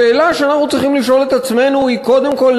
השאלה שאנחנו צריכים לשאול את עצמנו היא קודם כול,